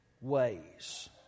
ways